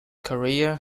career